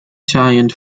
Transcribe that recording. giant